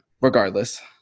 regardless